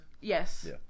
Yes